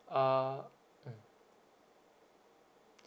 uh mmhmm